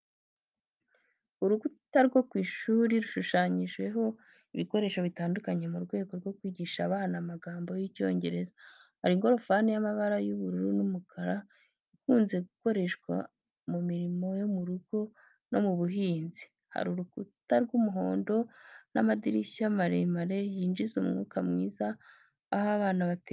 Urukuta rwo ku ishuri rushushanyijeho ibikoresho bitandukanye mu rwego rwo kwigisha abana amagambo y’Icyongereza. Hari ingorofani y’amabara y’ubururu n’umukara ikunze gukoreshwa mu mirimo yo mu rugo no mu buhinzi, hari urukuta rw'umuhondo n'amadirishya maremare yinjiza umwuka mwiza aho abana bateranira.